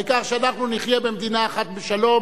העיקר שאנחנו נחיה במדינה אחת בשלום